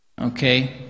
Okay